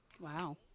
Wow